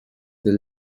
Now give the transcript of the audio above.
the